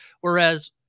whereas